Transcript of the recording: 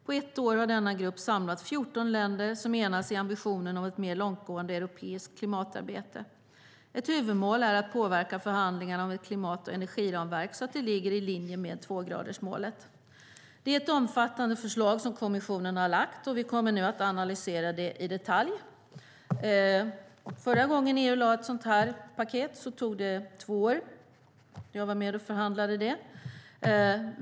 På ett år har denna grupp samlat 14 länder som enas i ambitionen om ett mer långtgående europeiskt klimatarbete. Ett huvudmål är att påverka förhandlingarna om ett klimat och energiramverk så att det ligger i linje med tvågradersmålet. Det är ett omfattande förslag som kommissionen har lagt, och vi kommer nu att analysera det i detalj. Förra gången EU lade ett sådant här paket tog det två år. Jag var med och förhandlade om det.